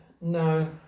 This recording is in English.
No